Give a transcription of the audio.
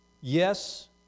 Yes